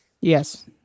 yes